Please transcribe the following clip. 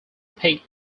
pick